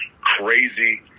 crazy